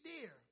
dear